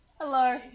Hello